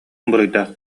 буруйдаах